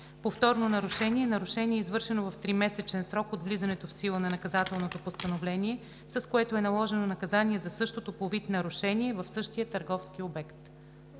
Повторно нарушение е нарушение, извършено в 3-месечен срок от влизането в сила на наказателното постановление, с което е наложено наказание за същото по вид нарушение в същия търговски обект.“